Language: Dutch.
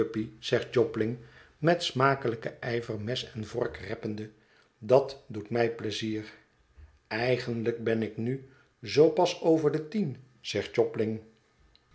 zegt jobling met smakelijken ijver mes en vork reppende dat doet mij pleizier eigenlijk ben ik nu zoo pas over de tien zegt